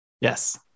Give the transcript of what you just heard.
Yes